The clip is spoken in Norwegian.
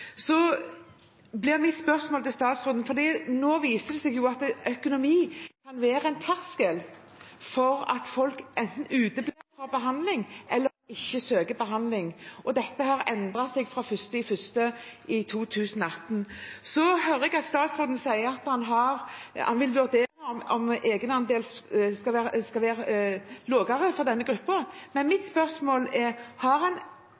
spørsmål til statsråden, for det viser seg nå at økonomi kan være en terskel for at folk enten uteblir fra eller ikke søker behandling, og dette har endret seg fra 1. januar 2018. Jeg hører statsråden si at han vil vurdere om egenandelen skal være lavere for denne gruppen, så mitt spørsmål er: Har han